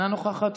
אינה נוכחת,